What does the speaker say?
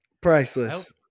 priceless